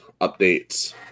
updates